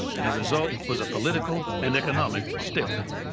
and the result was a political and economic stalemate.